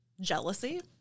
jealousy